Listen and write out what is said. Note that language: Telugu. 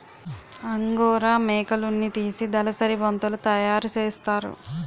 అంగోరా మేకలున్నితీసి దలసరి బొంతలు తయారసేస్తారు